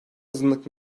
azınlık